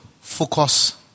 focus